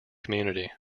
community